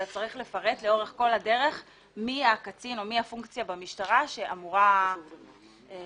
צריך לפרט מי הקצין או מי הפונקציה במשטרה שאמורים להחליט.